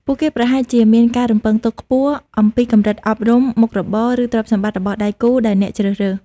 ពួកគេប្រហែលជាមានការរំពឹងទុកខ្ពស់អំពីកម្រិតអប់រំ មុខរបរ ឬទ្រព្យសម្បត្តិរបស់ដៃគូដែលអ្នកជ្រើសរើស។